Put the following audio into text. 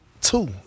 two